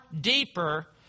deeper